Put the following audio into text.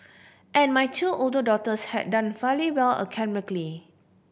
and my two older daughters had done fairly well academically